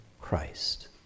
Christ